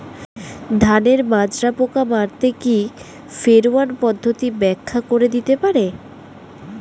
ধানের মাজরা পোকা মারতে কি ফেরোয়ান পদ্ধতি ব্যাখ্যা করে দিতে পারে?